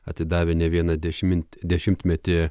atidavę ne vieną dešim dešimtmetį